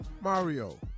Mario